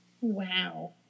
Wow